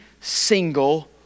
single